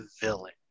villain